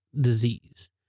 disease